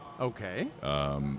okay